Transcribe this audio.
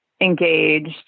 engaged